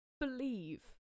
believe